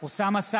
אוסאמה סעדי,